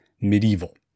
medieval